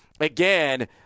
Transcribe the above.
again